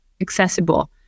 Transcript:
accessible